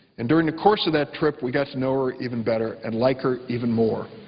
and during the course of that trip, we got to know her even better and like her even more.